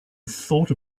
thought